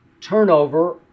turnover